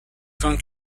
vin